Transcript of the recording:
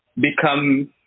become